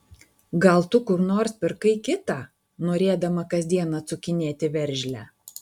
gal tu kur nors pirkai kitą norėdama kasdien atsukinėti veržlę